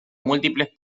múltiples